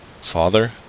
Father